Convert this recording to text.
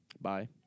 Bye